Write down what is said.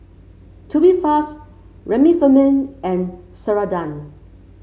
Tubifast Remifemin and Ceradan